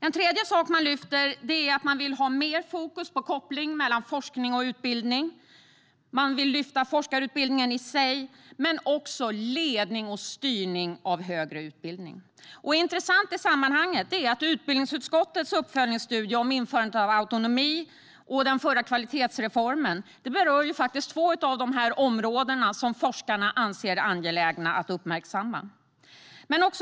En tredje sak som Vetenskapsrådet lyfter fram är att de vill ha mer fokus på kopplingen mellan forskning och utbildning. De vill lyfta forskarutbildningen i sig men också ledning och styrning av högre utbildning. Intressant i sammanhanget är att utbildningsutskottets uppföljningsstudie om införandet av autonomi och den förra kvalitetsreformen berör två av de områden som forskarna anser vara angelägna att uppmärksamma.